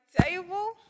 table